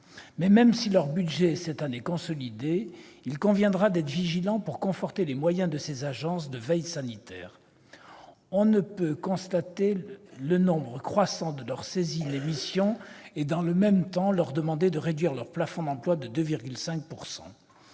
Même si leur budget est consolidé cette année, il conviendra d'être vigilant pour conforter les moyens de ces agences de veille sanitaire : on ne peut constater le nombre croissant de leurs saisines et missions et, dans le même temps, leur demander de réduire leur plafond d'emplois de 2,5